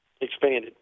expanded